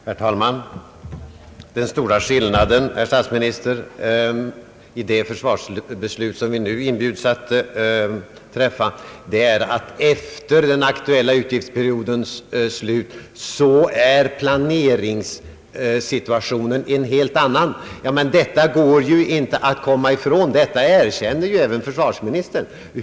Herr talman! Den stora skillnaden, herr statsminister, är att beträffande det försvarsbeslut vi nu inbjuds att fatta är planeringssituationen en helt annan efter den aktuella utgiftsperiodens slut. Detta går inte att komma ifrån, och det erkänner även försvarsministern.